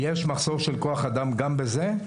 יש מחסור של כוח אדם גם בזה?